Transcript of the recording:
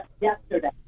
Yesterday